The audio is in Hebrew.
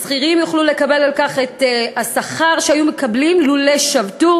שכירים יוכלו לקבל על כך את השכר שהיו מקבלים לולא שבתו,